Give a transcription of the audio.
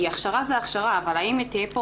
כי הכשרה זה הכשרה אבל האם יהיה פה